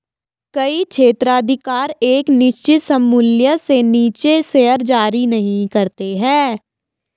कई क्षेत्राधिकार एक निश्चित सममूल्य से नीचे शेयर जारी नहीं करते हैं